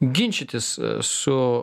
ginčytis su